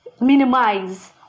minimize